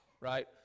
right